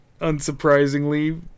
unsurprisingly